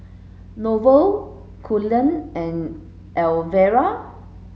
Norval Cullen and Elvera